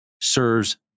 serves